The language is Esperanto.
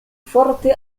forte